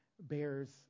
bears